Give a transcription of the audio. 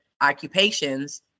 occupations